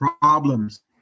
problems